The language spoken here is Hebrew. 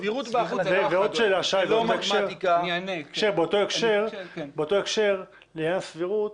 ועוד שאלה, שי, באותו הקשר, לעניין הסבירות